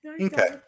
Okay